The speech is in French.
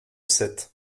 sept